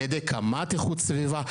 על-ידי קמ"ט איכות סביבה.